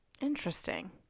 Interesting